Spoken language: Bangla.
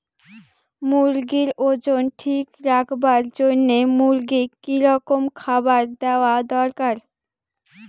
মুরগির ওজন ঠিক রাখবার জইন্যে মূর্গিক কি রকম খাবার দেওয়া দরকার?